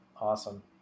awesome